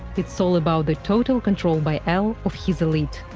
it's all about the total control by el of his elite.